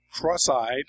cross-eyed